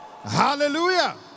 Hallelujah